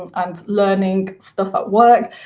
and learning stuff at work,